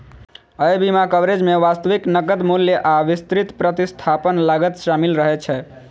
अय बीमा कवरेज मे वास्तविक नकद मूल्य आ विस्तृत प्रतिस्थापन लागत शामिल रहै छै